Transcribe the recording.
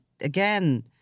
again